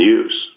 use